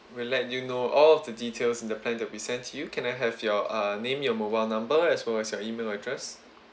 we'll let you know all of the details in the plan that we'll send to you can I have your uh name your mobile number as well as your email address